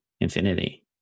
infinity